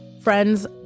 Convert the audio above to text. Friends